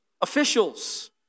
officials